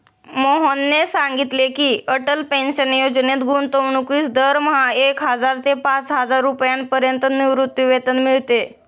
मोहनने सांगितले की, अटल पेन्शन योजनेत गुंतवणूकीस दरमहा एक हजार ते पाचहजार रुपयांपर्यंत निवृत्तीवेतन मिळते